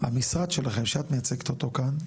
המשרד שלכם, שאת מייצגת אותו כאן,